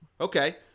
Okay